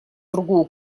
другую